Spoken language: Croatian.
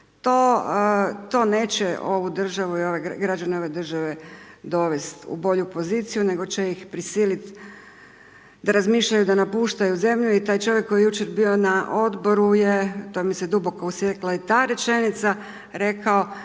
To neće ovu državu i građane ove države dovest u bolju poziciju nego će ih prisilit da razmišljaju da napuštaju zemlju i taj čovjek koji je jučer bio na odboru je, to mi se duboko usjekla i ta rečenica rekao